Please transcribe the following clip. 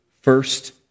first